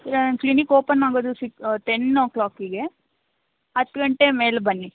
ಇಲ್ಲ ನನ್ನ clinic open ಆಗೋದು ಸಿಕ್ ಟೆನ್ ಓ ಕ್ಲೋಕಿಗೆ ಹತ್ತು ಗಂಟೆ ಮೇಲೆ ಬನ್ನಿ